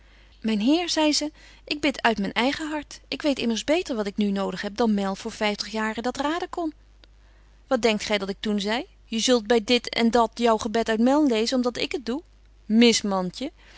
myn heer zei ze ik bid uit myn eigen hart ik weet immers beter wat ik nu nodig heb dan mell voor vyftig jaar dat raden kon wat denkt gy dat ik toen zei je zult by dit en dat jou gebed uit mell lezen om dat ik het doe mis mantje